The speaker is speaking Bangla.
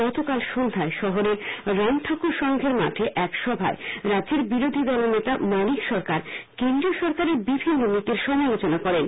গতকাল সন্ধ্যায় শহরের রামঠাকুর সংঘের মাঠে এক সভায় রাজ্যের বিরোধী দলনেতা মানিক সরকার কেন্দ্রীয় সরকারের বিভিন্ন নীতির সমালোচনা করেন